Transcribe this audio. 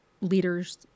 leaders